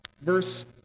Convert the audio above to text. Verse